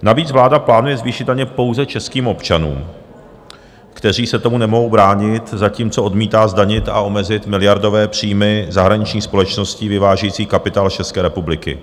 Navíc vláda plánuje zvýšit daně pouze českým občanům, kteří se tomu nemohou bránit, zatímco odmítá zdanit a omezit miliardové příjmy zahraničních společností vyvážejících kapitál z České republiky.